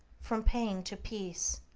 from pain to peace.